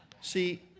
See